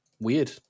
Weird